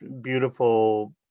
beautiful